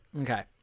Okay